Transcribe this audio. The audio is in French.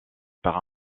par